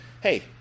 hey